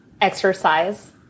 Exercise